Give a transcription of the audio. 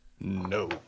No